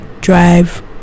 drive